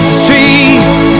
streets